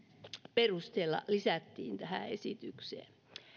perusteella lisättiin esitykseen